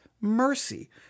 mercy